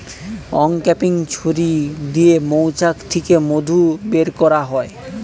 uncapping ছুরি দিয়ে মৌচাক থিকে মধু বের কোরা হয়